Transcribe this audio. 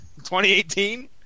2018